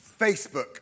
Facebook